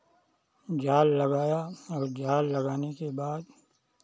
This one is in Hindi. जाल लगाया और जाल लगाने के बाद